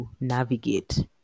navigate